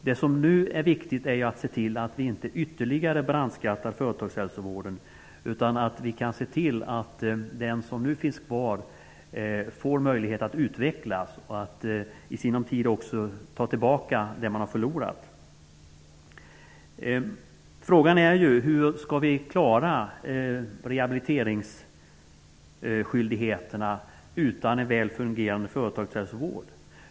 Nu är det viktigt att se till att vi inte ytterligare brandskattar företagshälsovården, utan att vi kan se till att den som nu finns kvar får möjlighet att utvecklas och att inom sin tid också ta tillbaka det som man har förlorat. Frågan är hur vi skall klara rehabiliteringsskyldigheterna utan en väl fungerande företagshälsovård.